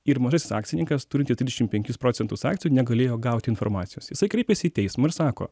ir mažasis akcininkas turinti trisdešim penkis procentus akcijų negalėjo gauti informacijos jisai kreipiasi į teismą ir sako